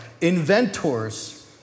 Inventors